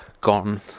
gone